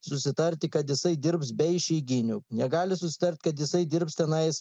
susitarti kad jisai dirbs be išeiginių negali susitart kad jisai dirbs tenais